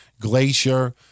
Glacier